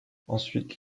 ensuite